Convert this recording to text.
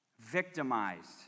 victimized